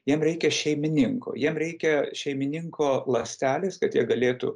jiem reikia šeimininko jiem reikia šeimininko ląstelės kad jie galėtų